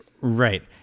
Right